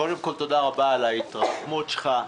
קודם כל תודה רבה על ההירתמות שלך.